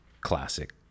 classic